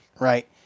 right